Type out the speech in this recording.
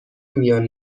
میان